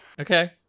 Okay